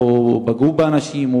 או פגעו באנשים,